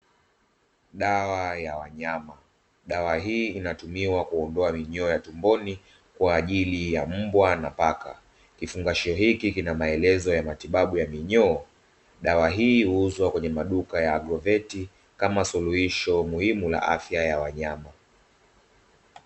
Dawa ya wanyama. Dawa hii inatumika kuondoa minyoo tumboni kwa ajili ya mbwa na paka. Kifungashio hiki kina maelezo ya matibabu ya minyoo. Dawa hii huuzwa kwenye maduka ya Agroveti kama suluhisho muhimu la afya ya wanyama.